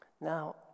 Now